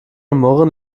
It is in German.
murren